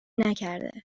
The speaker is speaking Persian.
نکرده